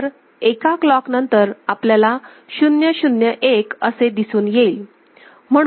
तर एका क्लॉक नंतर आपल्याला 001असे दिसून येईल